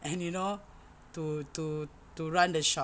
and you know to to to run the shop